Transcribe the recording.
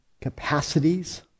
capacities